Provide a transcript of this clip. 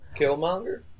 Killmonger